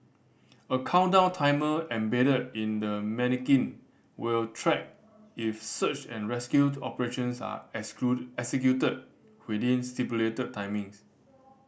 a countdown timer embedded in the manikin will track if search and rescue to operations are executed within stipulated timings